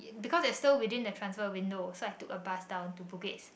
because it's still within the transfer window so I took a bus down to Bugis